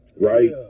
right